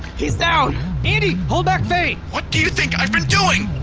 he's down! andi! hold back faye! what do you think i've been doing?